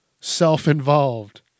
self-involved